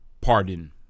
Pardon